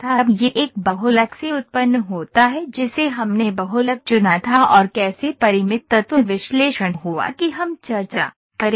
अब यह एक बहुलक से उत्पन्न होता है जिसे हमने बहुलक चुना था और कैसे परिमित तत्व विश्लेषण हुआ कि हम चर्चा करेंगे